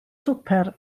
swper